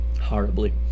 Horribly